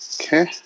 Okay